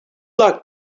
luck